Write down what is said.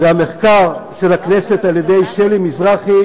והמחקר של הכנסת על-ידי שלי מזרחי,